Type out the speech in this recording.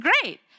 great